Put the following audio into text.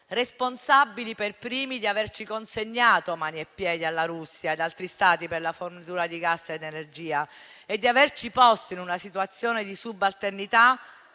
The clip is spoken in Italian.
responsabili per primi di averci consegnati mani e piedi alla Russia e ad altri Stati per la fornitura di gas ed energia e di averci posto in una situazione di subalternità